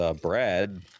Brad